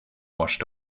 washed